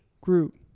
group